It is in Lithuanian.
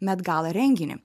met gala renginį